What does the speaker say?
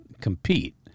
compete